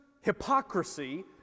hypocrisy